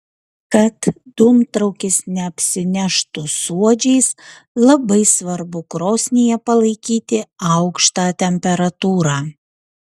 kad dūmtraukis neapsineštų suodžiais labai svarbu krosnyje palaikyti aukštą temperatūrą